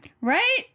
Right